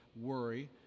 worry